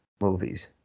movies